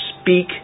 speak